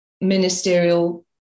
ministerial